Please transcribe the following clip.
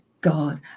God